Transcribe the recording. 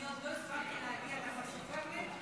עוד לא הספקתי להגיע ואתה כבר סופר לי?